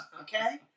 okay